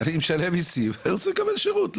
אני משלם מיסים, אני רוצה לקבל שירות.